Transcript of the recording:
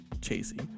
chasing